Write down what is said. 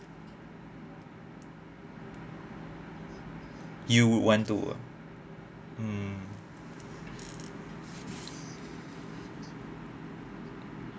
you would want to ah mm